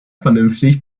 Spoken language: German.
vernünftig